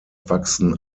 wachsen